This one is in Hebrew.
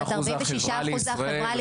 46% זה החברה לישראל.